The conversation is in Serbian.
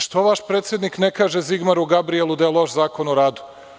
Što vaš predsednik ne kaže Zigmaru Gabrijelu da je loš Zakon o radu?